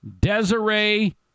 Desiree